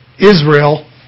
Israel